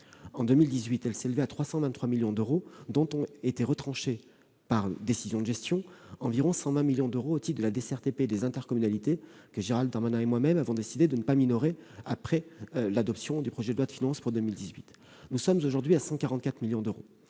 En 2018, elles s'établissaient à 323 millions d'euros, dont ont été retranchés, par décision de gestion, environ 120 millions d'euros au titre de la DCRTP des intercommunalités, que Gérald Darmanin et moi-même avons décidé de ne pas minorer après l'adoption du projet de loi de finances pour 2018. Nous sommes aujourd'hui à 144 millions d'euros.